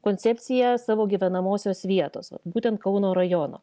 koncepciją savo gyvenamosios vietos būtent kauno rajono